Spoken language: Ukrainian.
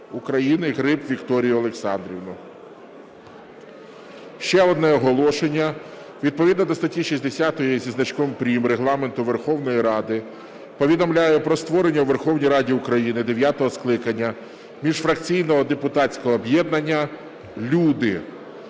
України Гриб Вікторію Олександрівну. Ще одне оголошення. Відповідно до статті 60 зі значком "прим." Регламенту Верховної Ради повідомляю про створення в Верховній Раді України дев'ятого скликання міжфракційного депутатського об'єднання "Люди".